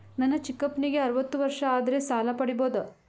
ನನ್ನ ಚಿಕ್ಕಪ್ಪನಿಗೆ ಅರವತ್ತು ವರ್ಷ ಆದರೆ ಸಾಲ ಪಡಿಬೋದ?